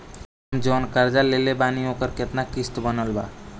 हम जऊन कर्जा लेले बानी ओकर केतना किश्त बनल बा?